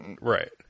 Right